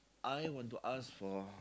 I want to ask for